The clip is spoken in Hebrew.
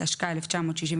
התשכ"ה-1965,